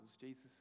Jesus